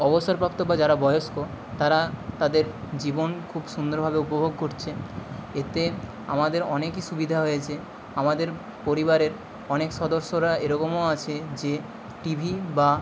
অবসরপ্রাপ্ত বা যারা বয়স্ক তারা তাদের জীবন খুব সুন্দরভাবে উপভোগ করছে এতে আমাদের অনেকই সুবিধা হয়েছে আমাদের পরিবারের অনেক সদস্যরা এরকমও আছে যে টি ভি বা